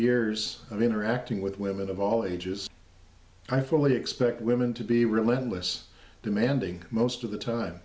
years of interacting with women of all ages i fully expect women to be relentless demanding most of the time